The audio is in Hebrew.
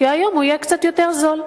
כי היום הוא יהיה קצת יותר זול.